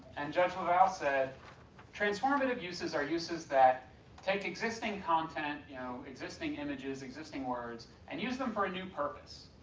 and judge leval said transformative uses are uses that take existing content, you know, existing images, existing words, and use them for a new purpose.